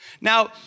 Now